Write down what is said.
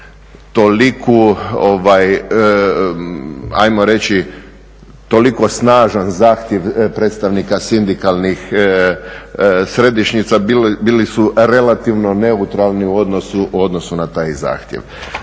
toliko snažan zahtjev predstavnika sindikalnih središnjica, bili su relativno neutralni u odnosu na taj zahtjev.